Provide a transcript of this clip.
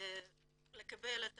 לקבל את